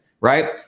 right